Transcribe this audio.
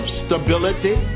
stability